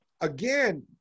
again